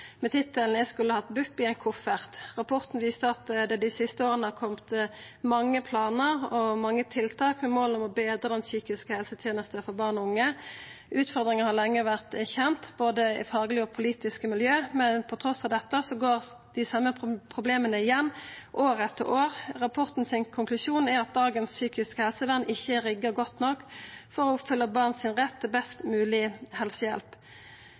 med tittelen «Jeg skulle hatt BUP i en koffert». Rapporten viste at det dei siste åra har kome mange planar og mange tiltak med mål om å betra den psykiske helsetenesta for barn og unge. Utfordringa har lenge vore kjent i både faglege og politiske miljø, men trass i dette går dei same problema igjen år etter år. Rapporten sin konklusjon er at dagens psykiske helsevern ikkje er rigga godt nok for å følgja opp barn sin rett til best mogleg helsehjelp.